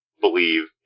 believe